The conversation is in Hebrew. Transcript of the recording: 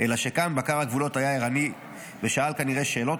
אלא שכאן בקר הגבולות היה ערני ושאל כנראה שאלות